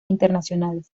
internacionales